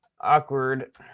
Awkward